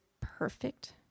perfect